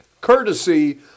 courtesy